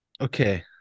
okay